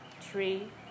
three